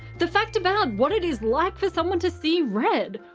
the fact about what it is like for someone to see red,